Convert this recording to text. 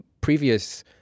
previous